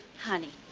honey,